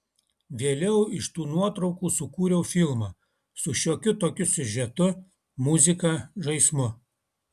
vėliau iš tų nuotraukų sukūriau filmą su šiokiu tokiu siužetu muzika žaismu